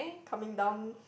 coming down